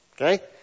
Okay